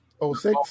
06